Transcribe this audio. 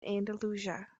andalusia